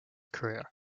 career